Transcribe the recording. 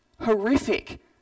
Horrific